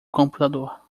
computador